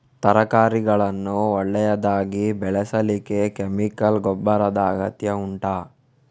ತರಕಾರಿಗಳನ್ನು ಒಳ್ಳೆಯದಾಗಿ ಬೆಳೆಸಲಿಕ್ಕೆ ಕೆಮಿಕಲ್ ಗೊಬ್ಬರದ ಅಗತ್ಯ ಉಂಟಾ